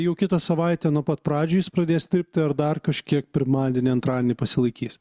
jau kitą savaitę nuo pat pradžių jis pradės tirpti ar dar kažkiek pirmadienį antradienį pasilaikys